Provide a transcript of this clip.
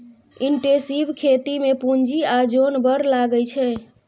intensive खेती मे पुंजी आ जोन बड़ लगै छै